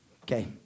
Okay